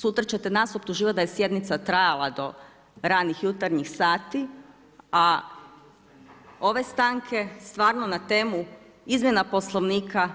Sutra ćete nas optuživati da je sjednica trajala do ranih jutarnjih sati, a ove stanke stvarno na temu izmjena Poslovnika